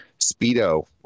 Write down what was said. Speedo